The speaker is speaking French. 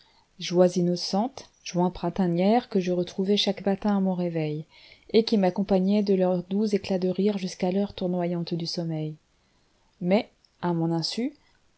joies innocentes joies printanières que je retrouvais chaque matin à mon réveil et qui m'accompagnaient de leurs doux éclats de rire jusqu'à l'heure tournoyante du sommeil mais à mon insu